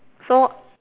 so